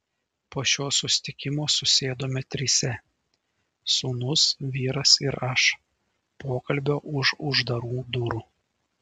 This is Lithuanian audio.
po šio susitikimo susėdome trise sūnus vyras ir aš pokalbio už uždarų durų